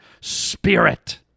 spirit